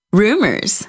rumors